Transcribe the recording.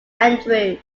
andrew